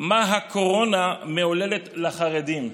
מה הקורונה מעוללת לחרדים.